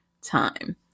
time